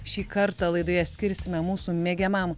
šį kartą laidoje skirsime mūsų mėgiamam